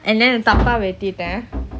and then தப்பாவெட்டிட்டேன்:thappa vetiten